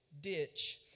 ditch